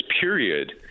period